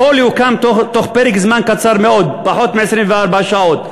הכול יוקם בתוך פרק זמן קצר מאוד, פחות מ-24 שעות.